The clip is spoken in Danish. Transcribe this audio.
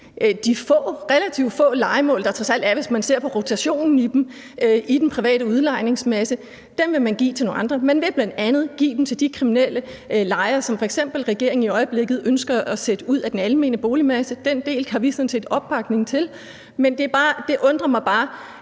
den private udlejningsmasse, hvis man ser på rotationen i dem, vil man give til nogle andre. Man vil bl.a. give dem til de kriminelle lejere, som regeringen f.eks. i øjeblikket ønsker at sætte ud af den almene boligmasse. Den del har vi sådan set opbakning til. Men det undrer mig bare,